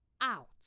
out